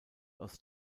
aus